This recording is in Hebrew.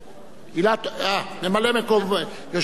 ממלא-מקום יושב-ראש ועדת הכלכלה,